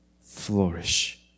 flourish